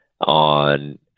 on